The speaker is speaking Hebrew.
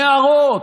נערות,